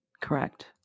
Correct